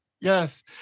Yes